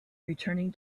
returning